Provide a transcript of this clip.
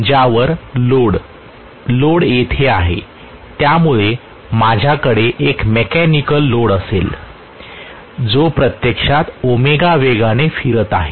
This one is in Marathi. ज्यावर लोड येथे लोड आहे त्यामुळे माझ्याकडे एक मेकॅनिकल लोड असेल जो प्रत्यक्षात ω वेगाने फिरत आहे